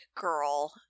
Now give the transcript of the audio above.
girl